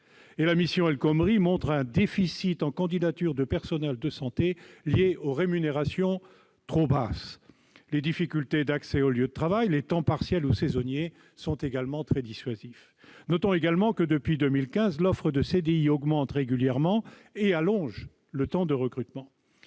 La mission El Khomri montre un déficit en candidatures de personnels de santé lié aux rémunérations trop basses. Les difficultés d'accès au lieu de travail et les temps partiels ou saisonniers sont également très dissuasifs. Notons également que, depuis 2015, l'offre de CDI augmente régulièrement et allonge le temps de recrutement.